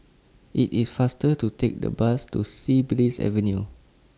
IT IS faster to Take The Bus to Sea Breeze Avenue